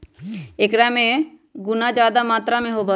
एकरा में गुना जादा मात्रा में होबा हई